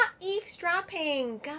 eavesdropping